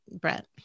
Brett